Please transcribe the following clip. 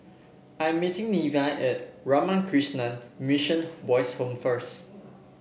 I'm meeting Neva at Ramakrishna Mission Boys' Home first